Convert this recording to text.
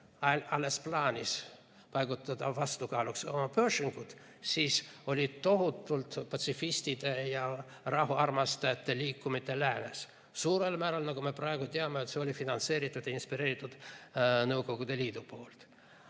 alles plaanis paigutada vastukaaluks oma Pershingud, oli tohutu patsifistide ja rahvaarmastajate liikumine läänes. Suurel määral, nagu me praegu teame, finantseeris ja inspireeris seda Nõukogude Liit.